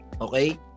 Okay